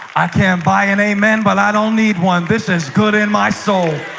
i can't buy an amen, but i don't need one this is good in my soul.